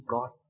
God